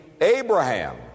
Abraham